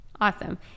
Awesome